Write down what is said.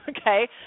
Okay